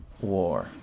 war